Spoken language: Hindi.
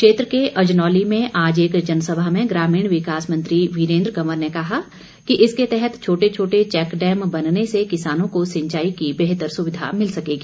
क्षेत्र के अजनौली में आज एक जनसभा में ग्रामीण विकास मंत्री वीरेन्द्र कंवर ने कहा कि इसके तहत छोटे छोटे चैक डैम बनने से किसानों को सिंचाई की बेहतर सुविधा मिल सकेगी